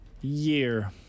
Year